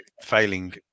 failing